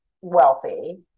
wealthy